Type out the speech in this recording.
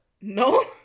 No